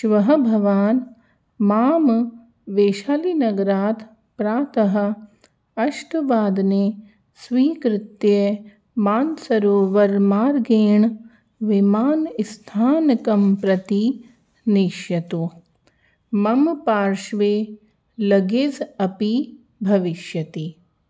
श्वः भवान् मां वैशालीनगरात् प्रातः अष्टवादने स्वीकृत्य मानसरोवारमार्गेण विमानस्थानकं प्रति नेष्यतु मम पार्श्वे लगेज् अपि भविष्यति